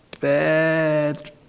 bad